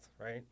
right